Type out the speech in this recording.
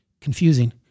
Confusing